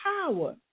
power